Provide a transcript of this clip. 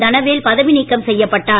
தனவேல் பதவி நீக்கம் செய்யப்பட்டார்